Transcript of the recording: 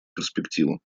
перспективу